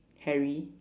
hairy